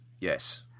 yes